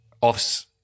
offs